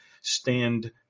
stand